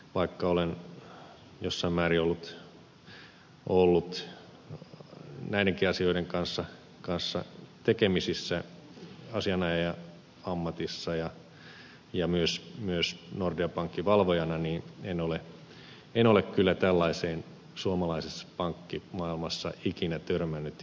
vaikka olen jossain määrin ollut näidenkin asioiden kanssa tekemisissä asianajajan ammatissa ja myös nordean pankkivalvojana niin en ole kyllä tällaiseen suomalaisessa pankkimaailmassa ikinä törmännyt